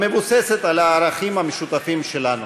המבוססת על הערכים המשותפים שלנו: